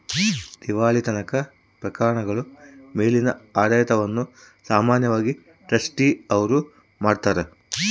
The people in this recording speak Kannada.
ದಿವಾಳಿತನದ ಪ್ರಕರಣಗಳ ಮೇಲಿನ ಆಡಳಿತವನ್ನು ಸಾಮಾನ್ಯವಾಗಿ ಟ್ರಸ್ಟಿ ಅವ್ರು ಮಾಡ್ತಾರ